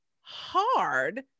hard